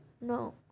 No